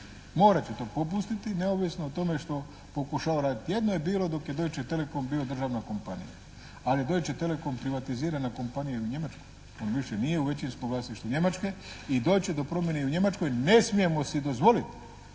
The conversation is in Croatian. Morat će to popustiti neovisno o tome što pokušava raditi. Jedno je bilo dok je Deutsche Telekom bio državnba kompanija. Ali je Deutsche Telekom privatizirana kompanija i u Njemačkoj. On više nije u većinskom vlasništvu Njemačke i doći će do promjene i u Njemačkoj. Ne smijemo si dozvoliti